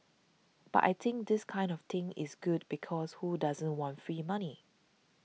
but I think this kind of thing is good because who doesn't want free money